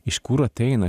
iš kur ateina